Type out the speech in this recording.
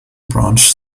branch